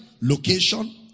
location